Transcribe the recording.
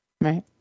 right